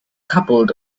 toppled